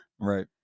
right